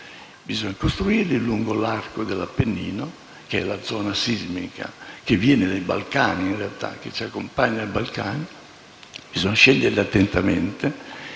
Bisogna costruirli lungo l'arco dell'Appennino, la zona sismica, che viene dai Balcani in realtà; ci accompagna ai Balcani. Bisogna scegliere attentamente